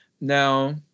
Now